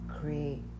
create